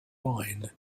wine